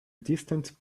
distant